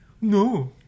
No